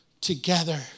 Together